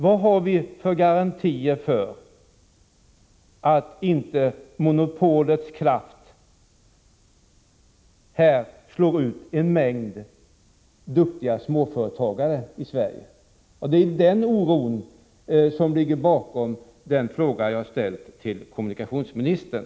Vad har vi för garantier för att inte monopolets kraft slår ut en mängd duktiga småföretagare i Sverige? Det är den oron som ligger bakom den fråga jag har ställt till kommunikationsministern.